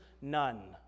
none